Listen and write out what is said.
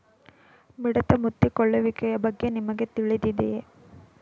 ಮಿಡತೆ ಮುತ್ತಿಕೊಳ್ಳುವಿಕೆಯ ಬಗ್ಗೆ ನಿಮಗೆ ತಿಳಿದಿದೆಯೇ?